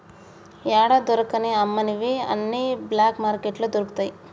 యాడా దొరకని అమ్మనివి అన్ని బ్లాక్ మార్కెట్లో దొరుకుతయి